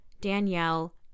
Danielle